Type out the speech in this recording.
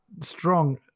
strong